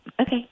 Okay